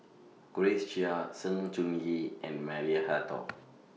Grace Chia Sng Choon Yee and Maria Hertogh